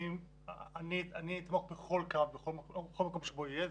אני אתמוך בכל קו בכל מקום שבו יהיה.